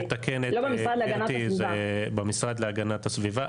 אני אתקן את גברתי, זה במשרד להגנת הסביבה.